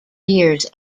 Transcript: years